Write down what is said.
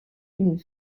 une